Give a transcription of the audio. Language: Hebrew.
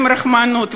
ברחמנות,